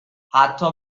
حتی